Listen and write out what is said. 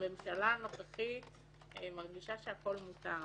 הממשלה הנוכחית מרגישה שהכול מותר לה.